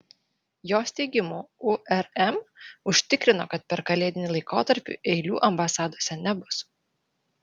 jos teigimu urm užtikrino kad per kalėdinį laikotarpį eilių ambasadose nebus